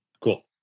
Cool